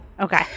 Okay